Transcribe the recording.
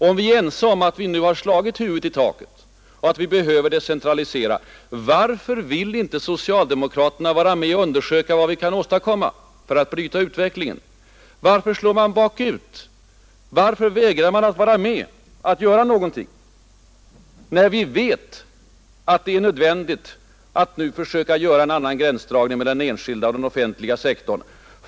Om vi är ense om att vi nu har slagit huvudet i taket och att vi behöver decentralisera, varför vill inte socialdemokraterna vara med och undersöka vad vi kan åstadkomma för att bryta utvecklingen? Varför slår man bakut? Varför vägrar man att vara med, att göra någonting? Vi vet att det är nödvändigt att nu försöka göra en annan gränsdragning mellan den enskilda och den offentliga sektorn.